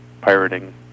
pirating